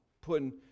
Putting